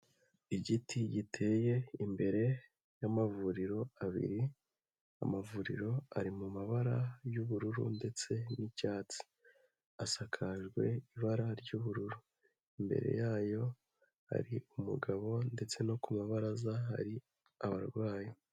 Igiti giteye imbere y'amavuriro abiri, amavuriro ari mu mabara y'ubururu ndetse n'icyatsi asakajwe ibara ry'ubururu, imbere yayo hari umugabo ndetse no ku mabaraza hari abarwayi.